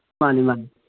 ꯃꯥꯅꯤ ꯃꯥꯅꯤ